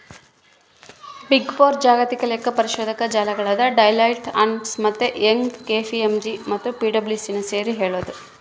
big four ಜಾಗತಿಕ ಲೆಕ್ಕಪರಿಶೋಧಕ ಜಾಲಗಳಾದ ಡೆಲಾಯ್ಟ್, ಅರ್ನ್ಸ್ಟ್ ಮತ್ತೆ ಯಂಗ್, ಕೆ.ಪಿ.ಎಂ.ಜಿ ಮತ್ತು ಪಿಡಬ್ಲ್ಯೂಸಿನ ಸೇರಿ ಹೇಳದು